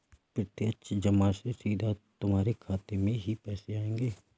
प्रत्यक्ष जमा से सीधा तुम्हारे खाते में ही पैसे आएंगे